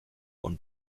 und